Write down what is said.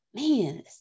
man